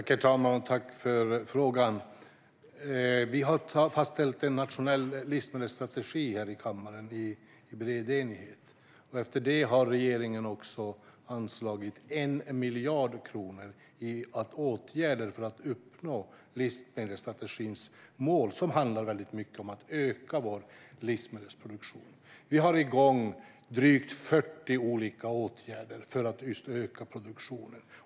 Herr talman! Tack för frågan! Vi har fastställt en nationell livsmedelsstrategi här i kammaren i bred enighet. Efter det har regeringen anslagit 1 miljard kronor till åtgärder för att uppnå livsmedelsstrategins mål, som handlar väldigt mycket om att öka vår livsmedelsproduktion. Vi har igång drygt 40 olika åtgärder för att just öka produktionen.